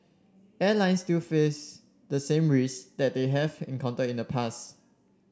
airline still face the same risk that they have encountered in the past